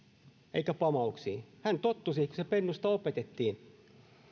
eikä pamauksiin hän tottui siihen kun pennusta opetettiin